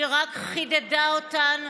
היא רק חידדה אותן,